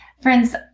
Friends